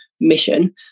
mission